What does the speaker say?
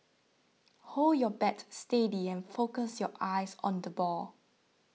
hold your bat steady and focus your eyes on the ball